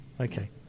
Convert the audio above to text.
Okay